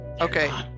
okay